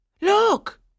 look